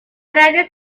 radio